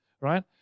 right